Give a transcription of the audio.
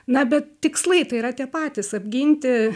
na bet tikslai tai yra tie patys apginti